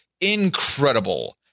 incredible